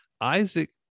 Isaac